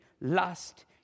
lust